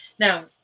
Now